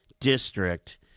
district